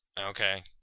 Okay